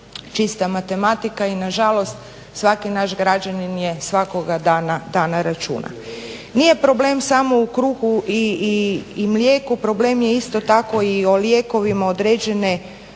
čista matematika i na žalost svaki naš građanin je svakoga dana računa. Nije problem samo u kruhu i mlijeku. Problem je isto tako i o lijekovima određene